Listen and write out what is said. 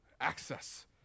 access